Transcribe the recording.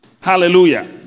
Hallelujah